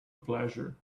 pleasure